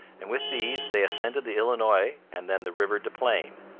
and with these they ascended the illinois and then the river des plaines.